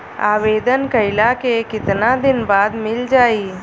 आवेदन कइला के कितना दिन बाद मिल जाई?